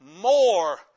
more